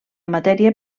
matèria